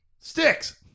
sticks